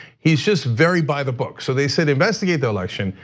he's just very by the book. so they say they investigate the election,